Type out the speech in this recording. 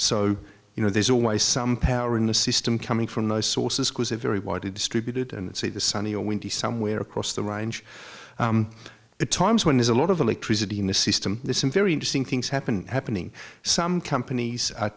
so you know there's always some power in the system coming from those sources because a very widely distributed and see the sunny or windy somewhere across the range at times when there's a lot of electricity in the system this is very interesting things happen happening some companies are